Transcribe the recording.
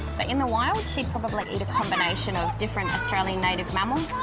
but in the wild she'd probably eat a combination of different australian native mammals,